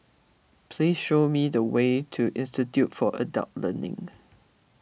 please show me the way to Institute for Adult Learning